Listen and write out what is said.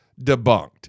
debunked